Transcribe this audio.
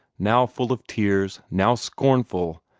now full of tears, now scornful,